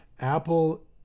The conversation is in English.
Apple